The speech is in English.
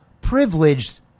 privileged